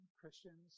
Christians